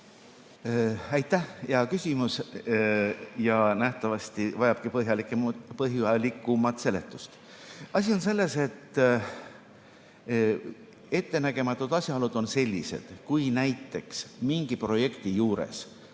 Aitäh! Hea küsimus ja nähtavasti vajabki põhjalikumat seletust. Asi on selles, et ettenägematud asjaolud on sellised, et kui näiteks mingi projekti juures